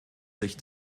sich